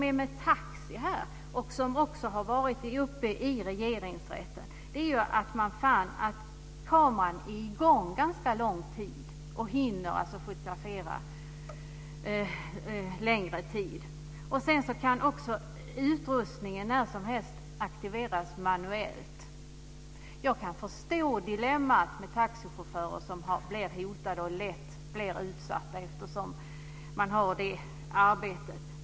Detta med taxi har ju varit uppe i Regeringsrätten. Man fann att kameran är i gång ganska lång tid och hinner fotografera en längre tid. Utrustningen kan också när som helst aktiveras manuellt. Jag kan förstå dilemmat med taxichaufförer som lätt blir hotade och utsatta.